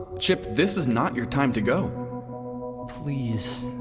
chip, this is not your time to go please.